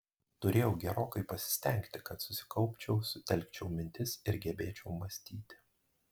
turėjau gerokai pasistengti kad susikaupčiau sutelkčiau mintis ir gebėčiau mąstyti